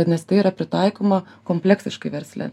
nes tai yra pritaikoma kompleksiškai versle